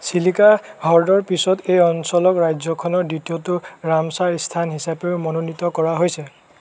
চিলিকা হ্ৰদৰ পিছত এই অঞ্চলক ৰাজ্যখনৰ দ্বিতীয়টো ৰামছাৰ স্থান হিচাপেও মনোনীত কৰা হৈছে